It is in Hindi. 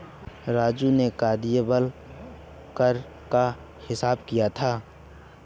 राजू ने कल कार्यबल कर का हिसाब दिया है